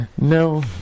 No